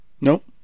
Nope